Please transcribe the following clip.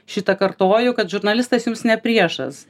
šitą kartoju kad žurnalistas jums ne priešas